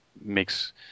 makes